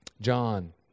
John